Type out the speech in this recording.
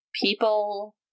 people